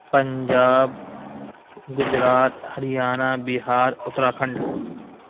Punjab Gujarat Haryana Bihar Uttarakhand